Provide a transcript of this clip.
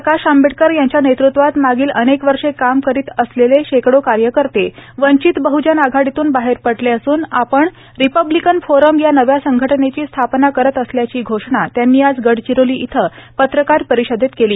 प्रकाश आंबेडकर यांच्या नेतृत्वात मागील अनेक वर्षे काम करीत असलेले शेकडो कार्यकर्ते वंचित बहजन आघाडीतून बाहेर पडले असून आपण रिपब्लिकन फोरम या नव्या संघटनेची स्थापना करीत असल्याची घोषणा त्यांनी आज गडचिरोली इथं पत्रकार परिषदेत केली